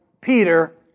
Peter